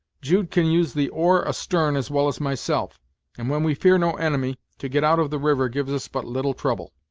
jude can use the oar astern as well as myself and when we fear no enemy, to get out of the river gives us but little trouble.